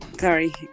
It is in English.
Sorry